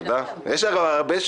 תודה רבה.